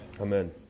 Amen